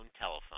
telephone